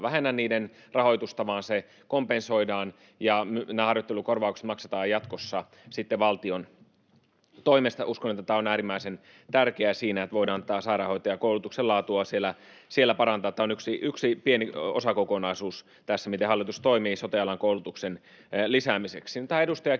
vähennä niiden rahoitusta, vaan se kompensoidaan, ja nämä harjoittelukorvaukset maksetaan jatkossa sitten valtion toimesta. Uskon, että tämä on äärimmäisen tärkeää siinä, että voidaan tätä sairaanhoitajakoulutuksen laatua siellä parantaa. Tämä on yksi pieni osakokonaisuus tässä, miten hallitus toimii sote-alan koulutuksen lisäämiseksi. Tähän edustaja